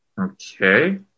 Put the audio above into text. Okay